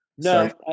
No